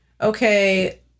Okay